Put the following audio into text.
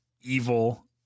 evil